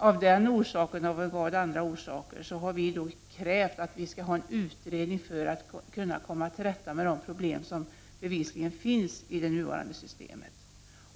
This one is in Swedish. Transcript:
Av den orsaken och av en rad andra orsaker har vi krävt en utredning, för att man skall kunna komma till rätta med de problem som bevisligen finns i det nuvarande systemet.